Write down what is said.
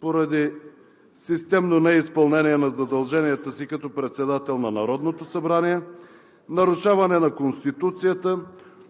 поради системно неизпълнение на задълженията си като председател на Народното събрание, нарушаване на Конституцията,